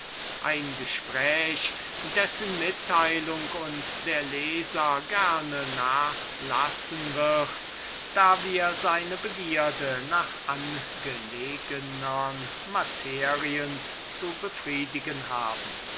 ein gespräch dessen mitteilung uns der leser gerne nachlassen wird da wir seine begierde nach angelegenern materien zu befriedigen haben